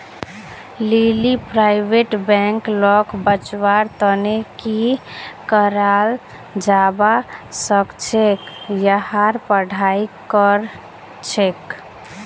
लीली private bank लाक बचव्वार तने की कराल जाबा सखछेक यहार पढ़ाई करछेक